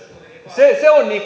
se se on